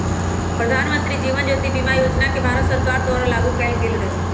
प्रधानमंत्री जीवन ज्योति बीमा योजना के भारत सरकार द्वारा लागू कएल गेलई र